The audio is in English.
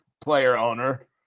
player-owner